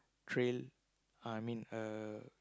trail ah I mean uh